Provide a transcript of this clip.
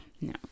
No